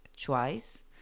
twice